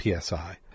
PSI